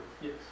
Yes